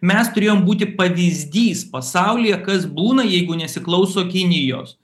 mes turėjom būti pavyzdys pasaulyje kas būna jeigu nesiklauso kinijos